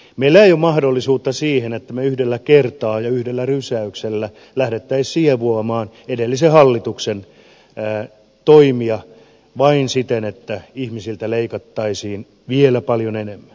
meillä ei ole mahdollisuutta siihen että me yhdellä kertaa ja yhdellä rysäyksellä lähdettäisiin siivoamaan edellisen hallituksen toimia vain siten että ihmisiltä leikattaisiin vielä paljon enemmän